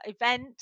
event